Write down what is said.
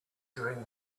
during